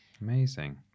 Amazing